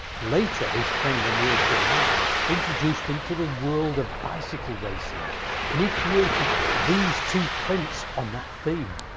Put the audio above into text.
later his friend emile bernard introduced him to the world of bicycle racing and he created these two prints on that theme.